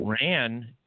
ran